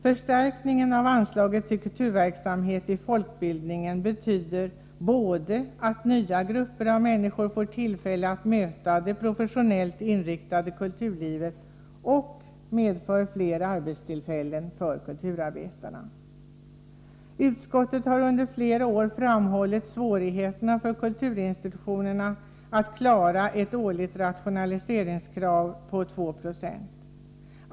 Förstärkningen av anslaget till kulturverksamhet i folkbildningen betyder både att nya grupper av människor får tillfälle att möta det professionellt inriktade kulturlivet och att det blir fler arbetstillfällen för kulturarbetarna. Utskottet har under flera år framhållit svårigheterna för kulturinstitutionerna att klara ett årligt rationaliseringskrav på 2 26.